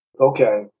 Okay